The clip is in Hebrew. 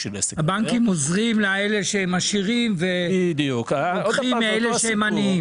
הבנקים עוזרים לעשירים ולוקחים מהעניים.